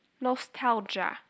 nostalgia